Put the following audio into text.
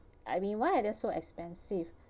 I mean why it is so expensive